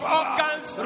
organs